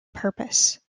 purpose